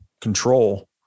control